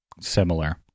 similar